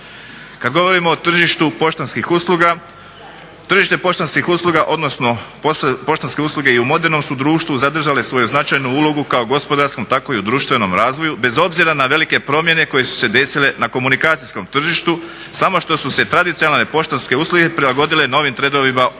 usluga tržište poštanskih usluga odnosno poštanske usluge i u modernom su društvu zadržale svoju značajnu ulogu kako u gospodarskom tako i u društvenom razvoju bez obzira na velike promjene koje su se desile na komunikacijskom tržištu samo što su se tradicionalne poštanske usluge prilagodile novim trendovima u okruženju.